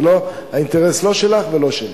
זה לא האינטרס לא שלך ולא שלי.